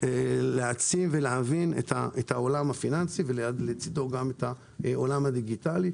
להעצים ולהבין את העולם הפיננסי ולצדו גם את העולם הדיגיטלי,